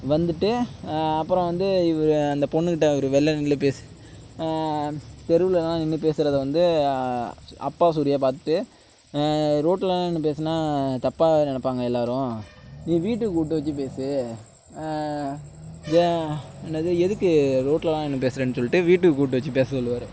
வந்துவிட்டு அப்புறம் வந்து இவர் அந்த பொண்ணுகிட்ட அவர் வெளில நின்று தெருவிலலாம் நின்று பேசுறதை வந்து அப்பா சூர்யா பார்த்துட்டு ரோட்டுலலாம் நின்று பேசினா தப்பாக நெனைப்பாங்க எல்லோரும் நீ வீட்டுக்கு கூப்பிட்டு வெச்சு பேசு ஏன் என்னாது எதுக்கு ரோட்டுலலாம் நின்று பேசுறேன்னு சொல்லிவிட்டு வீட்டுக்கு கூப்பிட்டு வெச்சு பேச சொல்வார்